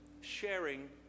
sharing